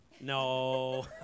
No